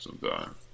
sometime